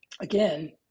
again